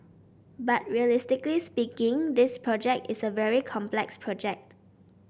but realistically speaking this project is a very complex project